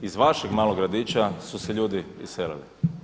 Iz vašeg malog gradića su se ljudi iselili.